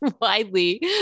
Widely